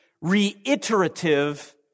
reiterative